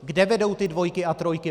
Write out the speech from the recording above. Kde vedou ty dvojky a trojky?